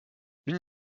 l’une